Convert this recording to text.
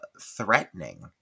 threatening